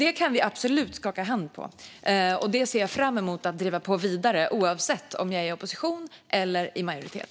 Det kan vi absolut skaka hand på, och jag ser fram emot att driva detta vidare oavsett om jag är i opposition eller om jag är i majoritet.